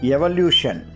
Evolution